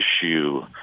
issue